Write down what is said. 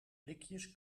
blikjes